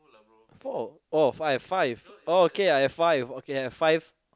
four oh five five oh okay I have five okay I have five